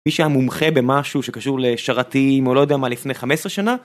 מי שהיה מומחה במשהו שקשור לשרתים או לא יודע מה לפני 15 שנה.